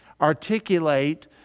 articulate